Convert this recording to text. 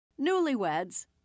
Newlyweds